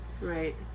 right